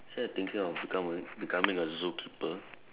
so you are thinking of become a becoming a zookeeper